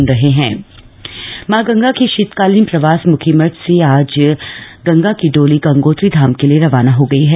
गंगा की डोली मां गंगा के शीतकालीन प्रवास मुखीमठ से आज गंगा की डोली गंगोत्री धाम के लिए रवाना हो गई है